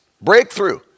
Breakthrough